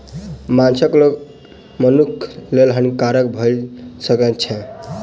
माँछक रोग मनुखक लेल हानिकारक भअ सकै छै